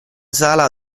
sala